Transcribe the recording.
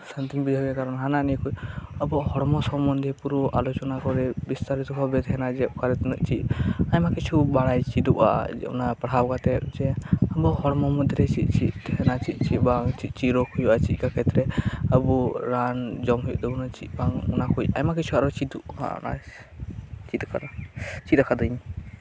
ᱥᱟᱱᱛᱤᱧ ᱵᱩᱡᱷᱟᱹᱣ ᱜᱮᱭᱟ ᱠᱟᱨᱚᱱ ᱦᱟᱱᱟᱱᱤᱭᱟᱹ ᱠᱚ ᱟᱵᱚᱣᱟᱜ ᱦᱚᱲᱢᱚ ᱥᱚᱢ ᱢᱚᱱᱫᱷᱮ ᱠᱚᱨᱮ ᱯᱩᱨᱟᱹ ᱟᱞᱚᱪᱚᱱᱟ ᱠᱚᱨᱮ ᱵᱤᱥᱛᱟᱨᱤᱛᱚ ᱵᱷᱟᱵᱮ ᱛᱟᱦᱮᱱᱟ ᱡᱮ ᱚᱠᱟᱨᱮ ᱛᱤᱱᱟᱹᱜ ᱪᱮᱫ ᱟᱭᱢᱟᱠᱤᱪᱷᱩ ᱵᱟᱲᱟᱭ ᱪᱮᱫᱚᱜᱼᱟ ᱚᱱᱟ ᱯᱟᱲᱦᱟᱣ ᱠᱟᱛᱮᱜ ᱡᱮ ᱟᱵᱚ ᱦᱚᱲᱢᱚ ᱢᱚᱫᱽ ᱨᱮ ᱪᱮᱫ ᱪᱮᱫ ᱛᱟᱦᱮᱱᱟ ᱪᱮᱫ ᱪᱮᱫ ᱵᱟᱝ ᱪᱮᱫ ᱪᱮᱫ ᱨᱳᱜᱽ ᱦᱩᱭᱩᱜᱼᱟ ᱪᱮᱫᱞᱮᱠᱟ ᱠᱷᱮᱛᱛᱨᱮ ᱟᱵᱚ ᱨᱟᱱ ᱡᱚᱢ ᱦᱩᱭᱩᱜ ᱛᱟᱵᱚᱱᱟ ᱪᱮᱫ ᱵᱟᱝ ᱚᱱᱟᱠᱚ ᱟᱭᱢᱟᱠᱤᱪᱷᱩ ᱟᱨᱦᱚᱸ ᱪᱤᱫᱩᱜᱼᱟ ᱚᱱᱟᱜᱮ ᱵᱮᱥ ᱪᱮᱫ ᱟᱠᱟᱫᱟᱹᱧ